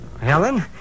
Helen